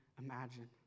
imagine